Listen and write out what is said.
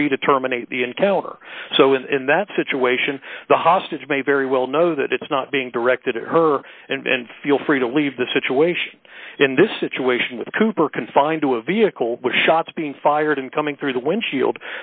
free to terminate the encounter so in that situation the hostage may very well know that it's not being directed at her and feel free to leave the situation in this situation with cooper confined to a vehicle with shots being fired and coming through the windshield